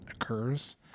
occurs